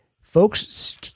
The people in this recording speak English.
Folks